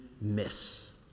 miss